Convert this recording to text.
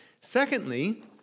Secondly